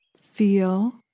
feel